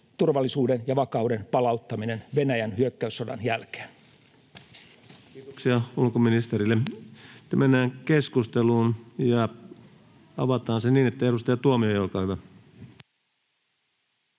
turvallisuuden ja vakauden palauttaminen Venäjän hyökkäyssodan jälkeen. Kiitoksia ulkoministerille. — Ja mennään keskusteluun, ja avataan se niin, että edustaja Tuomioja, olkaa hyvä.